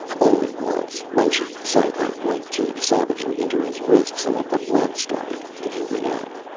only once, when she sank her white teeth savagely into his wrist so that the blood started, did he react.